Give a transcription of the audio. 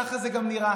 ככה זה גם נראה.